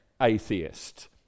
atheist